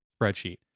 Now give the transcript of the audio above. spreadsheet